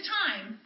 time